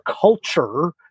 culture